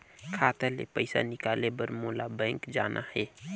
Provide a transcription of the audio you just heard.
खाता ले पइसा निकाले बर मोला बैंक जाना हे?